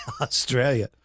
Australia